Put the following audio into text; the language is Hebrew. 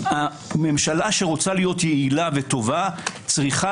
ממשלה שרוצה להיות יעלה וטובה צריכה